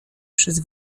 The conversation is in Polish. przez